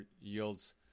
yields